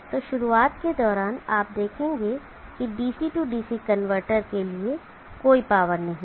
तो इस शुरुआत के दौरान आप देखेंगे कि DC DC कनवर्टर के लिए कोई पावर नहीं है